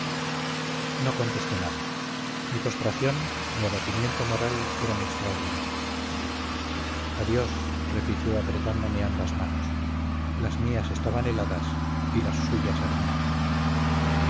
no contesté nada mi postración mi abatimiento moral eran extraordinarios adiós repitió apretándome ambas manos las mías estaban heladas y las suyas ardían